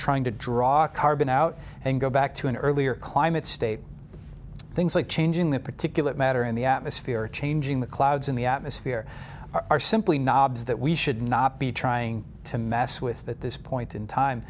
trying to draw carbon out and go back to an earlier climate state things like changing the particulate matter in the atmosphere changing the clouds in the atmosphere are simply knobs that we should not be trying to mess with this point in time